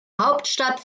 hauptstadt